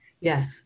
yes